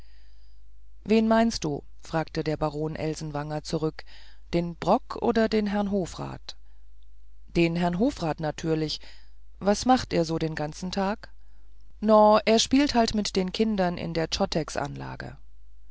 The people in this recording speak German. wen meinst du fragte der baron elsenwanger zurück den brock oder den herrn hofrat den herrn hofrat natürlich was macht er so den ganzen tag no er spielt sich halt mit den kindern in den